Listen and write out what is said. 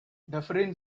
dufferin